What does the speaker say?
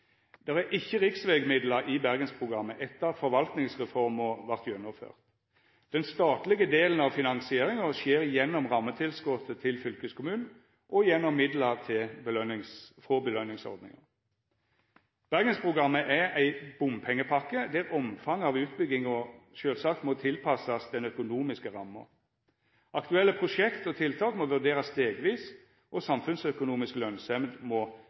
er ikkje riksvegmidlar i Bergensprogrammet etter at forvaltningsreforma vart gjennomført. Den statlege delen av finansieringa skjer gjennom rammetilskotet til fylkeskommunen og gjennom midlar frå belønningsordninga. Bergensprogrammet er ei bompengepakke der omfanget av utbygginga sjølvsagt må tilpassast den økonomiske ramma. Aktuelle prosjekt og tiltak må vurderast stegvis, og samfunnsøkonomisk lønsemd må